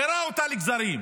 קרע אותה לגזרים.